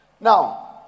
Now